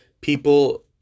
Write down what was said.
people